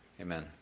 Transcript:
Amen